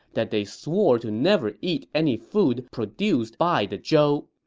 that they swore to never eat any food produced by the zhou.